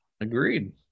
agreed